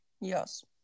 yes